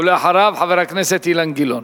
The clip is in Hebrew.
ואחריו, חבר הכנסת אילן גילאון.